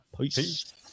peace